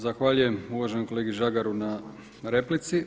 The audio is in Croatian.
Zahvaljujem uvaženom kolegi Žagaru na replici.